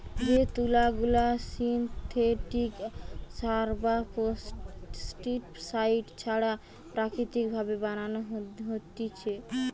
যে তুলা গুলা সিনথেটিক সার বা পেস্টিসাইড ছাড়া প্রাকৃতিক ভাবে বানানো হতিছে